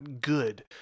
good